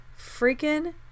freaking